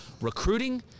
Recruiting